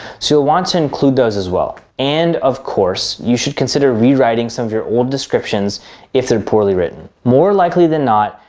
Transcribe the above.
so you'll want to include those as well. and of course, you should consider rewriting some of your old descriptions if they're poorly written. more likely than not,